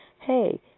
hey